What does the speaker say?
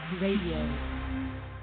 radio